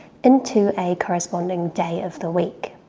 into a corresponding day of the week.